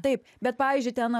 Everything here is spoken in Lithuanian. taip bet pavyzdžiui ten